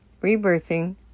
rebirthing